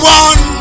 one